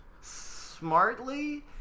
smartly